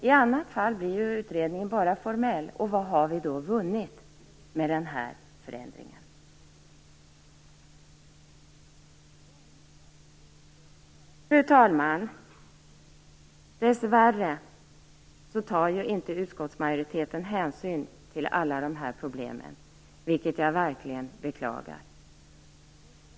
I annat fall blir utredningen bara formell, och vad har vi då vunnit med den här förändringen? Dessvärre tar inte utskottsmajoriteten hänsyn till alla dessa problem, vilket jag verkligen beklagar.